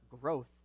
growth